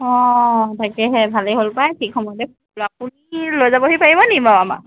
অ তাকেহে ভালেই হ'ল পাই ঠিক সময়তে ফোন কৰিলোঁ আপুনি লৈ যাবহি পাৰিব নেকি বাৰু আমাক